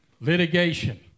Litigation